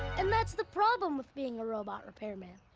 and that's the problem with being a robot repairman.